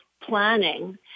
planning